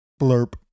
blurp